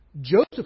Joseph